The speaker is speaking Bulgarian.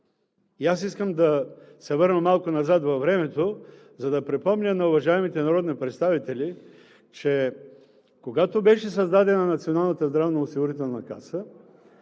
Искам да се върна малко назад във времето, за да припомня на уважаемите народни представители, че когато беше създадена